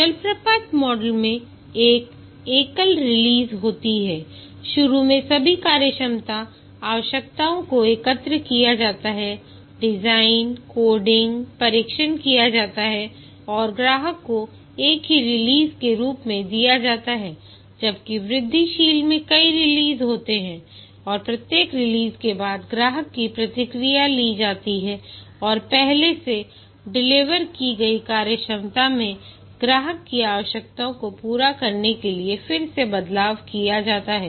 जलप्रपात के मॉडल में एक एकल रिलीज़ होती है शुरू में सभी कार्यक्षमता आवश्यकताओं को एकत्र किया जाता है डिज़ाइन कोडिंग परीक्षण किया जाता है और ग्राहक को एक ही रिलीज़ के रूप में दिया जाता है जबकि वृद्धिशील में कई रिलीज़ होते हैं और प्रत्येक रिलीज़ के बाद ग्राहक की प्रतिक्रिया ली जाती है और पहले से डिलीवर की गई कार्यक्षमता मे ग्राहक की आवश्यकताओं को पूरा करने के लिए फिर से बदलाव किया जाता है